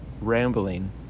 rambling